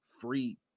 free